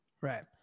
Right